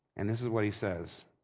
and this is what he says,